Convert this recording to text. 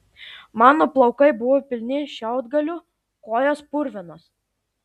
mano plaukai buvo pilni šiaudgalių kojos purvinos